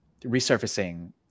resurfacing